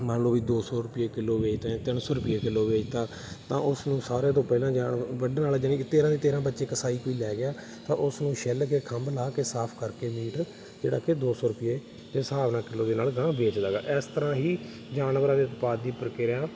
ਮੰਨ ਲਓ ਵੀ ਦੋ ਸੌ ਰੁਪਈਏ ਕਿੱਲੋ ਵੇਚਤਾ ਜਾਂ ਤਿੰਨ ਸੌ ਰੁਪਈਏ ਕਿੱਲੋ ਵੇਚਤਾ ਤਾਂ ਉਸਨੂੰ ਸਾਰਿਆਂ ਤੋਂ ਪਹਿਲਾਂ ਜਾਣ ਵੱਢਣ ਵਾਲਾ ਜਾਣੀ ਕਿ ਤੇਰ੍ਹਾਂ ਦੇ ਤੇਰ੍ਹਾਂ ਬੱਚੇ ਕਸਾਈ ਕੋਈ ਲੈ ਗਿਆ ਤਾਂ ਉਸ ਨੂੰ ਛਿੱਲ ਕੇ ਖੰਭ ਲਾਹ ਕੇ ਸਾਫ ਕਰਕੇ ਮੀਟ ਜਿਹੜਾ ਕਿ ਦੋ ਸੌ ਰੁਪਈਏ ਦੇ ਹਿਸਾਬ ਨਾਲ ਕਿੱਲੋ ਦੇ ਨਾਲ ਅਗਾਂਹ ਵੇਚਦਾ ਗਾ ਇਸ ਤਰ੍ਹਾਂ ਹੀ ਜਾਨਵਰਾਂ ਦੇ ਉਤਪਾਦ ਦੀ ਪ੍ਰਕਿਰਿਆ